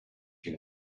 you